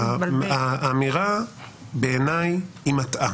האמירה בעיניי היא מטעה.